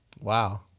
Wow